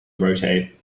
rotate